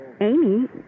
Amy